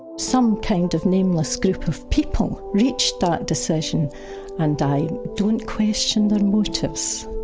some kind of nameless group of people reached that decision and i don't question their motives,